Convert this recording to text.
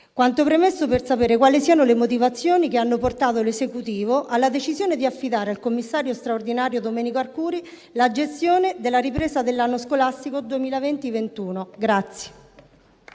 Quanto premesso è volto a sapere quali siano le motivazioni che hanno portato l'Esecutivo alla decisione di affidare al commissario straordinario Domenico Arcuri la gestione della ripresa dell'anno scolastico 2020-2021.